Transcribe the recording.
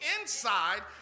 inside